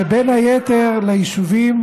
בין היתר ליישובים,